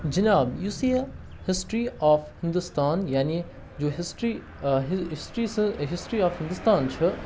جِناب یُس یہِ ہِسٹرٛی آف ہِندوستان یعنے یہِ history history history of Hindustan چھِ